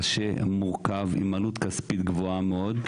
קשה ומורכב עם עלות כספית גבוהה מאוד.